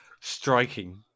striking